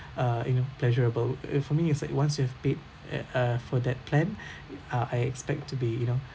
uh you know pleasurable uh for me it's like once you've paid at uh for that plan ah I expect to be you know